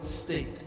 state